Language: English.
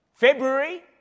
February